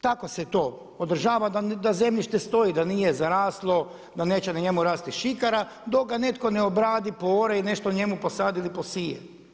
Tako se to održava da zemljište stoji, da nije zaraslo, da neće na njemu rasti šikara dok ga netko ne obradi, poore i nešto na njemu posadi ili posije.